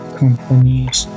companies